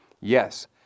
Yes